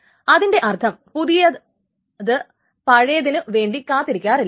അതിന്റെ അർത്ഥം പുതിയവ പഴയതിനു വേണ്ടി കാത്തിരിക്കാറില്ല